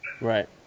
Right